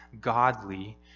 godly